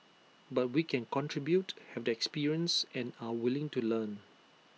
but we can contribute have the experience and are willing to learn